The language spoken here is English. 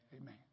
Amen